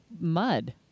mud